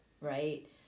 right